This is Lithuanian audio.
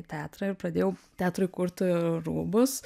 teatrą ir pradėjau teatrui kurti rūbus